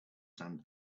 sand